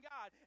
God